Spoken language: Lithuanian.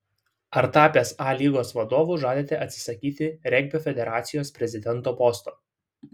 ar tapęs a lygos vadovu žadate atsisakyti regbio federacijos prezidento posto